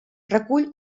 recull